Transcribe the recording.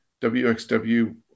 WXW